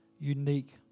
unique